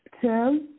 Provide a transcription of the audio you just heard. Tim